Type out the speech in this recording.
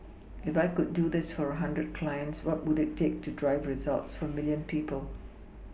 if I could do this for a hundred clients what would it take to drive results for a milLion people